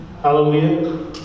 Hallelujah